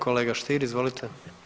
Kolega Stier izvolite.